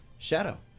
Shadow